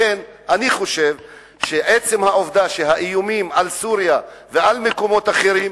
לכן אני חושב שעצם העובדה של האיומים על סוריה ועל מקומות אחרים,